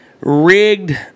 rigged